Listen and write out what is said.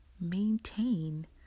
maintain